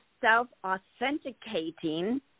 self-authenticating